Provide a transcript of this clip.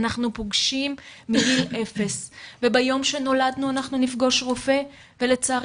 אנחנו פוגשים מגיל אפס וביום שנולדנו אנחנו נפגוש רופא ולצערי